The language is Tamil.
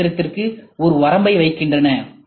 சி இயந்திரத்திற்கு ஒரு வரம்பை வைக்கின்றன